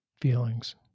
feelings